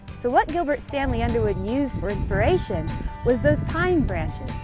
so what gilbert stanley underwood used for inspiration was those pine branches,